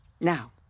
Now